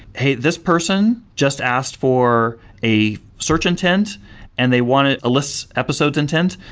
hey, this person just asked for a search intent and they wanted a list episodes intent,